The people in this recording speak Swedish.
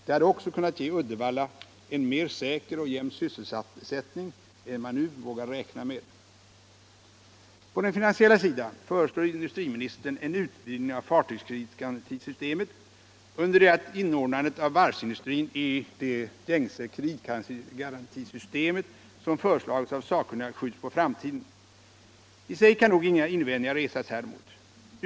Det hade också kunnat ge Uddevalla en mer säker och jämn sysselsättning än man nu vågar räkna med. På den finansiella sidan föreslår industriministern en utvidgning av fartygskreditgarantisystemet under det att inordnandet av varvsindustrin i det gängse kreditgarantisystemet, såsom föreslagits av sakkunniga, skjuts på framtiden. I och för sig kan nog inga invändningar resas häremot.